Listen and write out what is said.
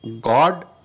God